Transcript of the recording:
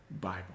Bible